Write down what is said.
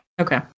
Okay